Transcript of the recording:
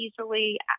easily